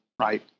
right